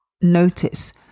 notice